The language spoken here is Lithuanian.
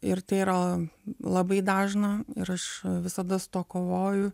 ir tai yra labai dažna ir aš visada su tuo kovoju